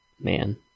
Man